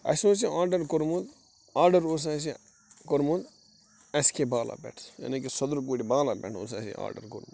اَسہِ اوس یہِ آرڑر کوٚرمُت آرڑر اوس اسہِ کوٚرمت ایس کے بالا پیٚٹھ یعنے کہِ صٔدِرٕ کوٗٹ بالا پیٚٹھ اوس اسہِ یہِ آرڑر کوٚرمُت